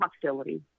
hostility